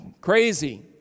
crazy